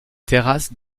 terrasses